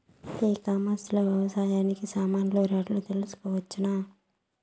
ఈ కామర్స్ లో వ్యవసాయానికి సామాన్లు రేట్లు తెలుసుకోవచ్చునా?